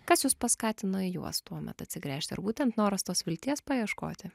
kas jus paskatino į juos tuomet atsigręžti ar būtent noras tos vilties paieškoti